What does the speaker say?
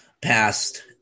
past